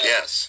Yes